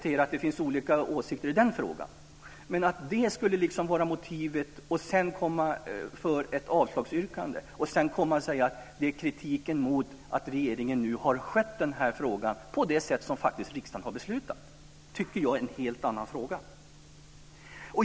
Att det finns olika åsikter i den frågan får man respektera. Men här låter man det vara motivet för ett avslagsyrkande och kommer sedan med kritik för att regeringen har skött den här frågan på det sätt som riksdagen faktiskt har beslutat. Det tycker jag är en helt annan fråga.